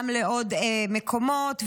גם לעוד מקומות,